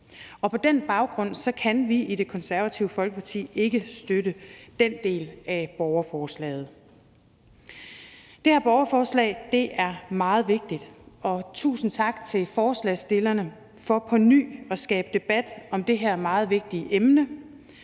På den baggrund kan vi i Det Konservative Folkeparti ikke støtte den del af borgerforslaget. Det her borgerforslag er meget vigtigt, og tusind tak til forslagsstillerne for på ny at skabe debat om det her meget vigtige emne.